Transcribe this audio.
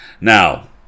Now